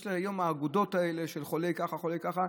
יש היום את האגודות האלה של חולה כזה וחולה אחר,